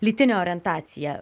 lytinę orientaciją